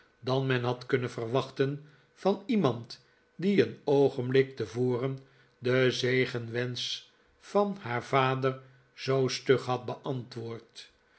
dan men had kunnen verwachten van iemand die een oogenblik tevoren den zegenwensch van haar vader zoo stug had beantwoord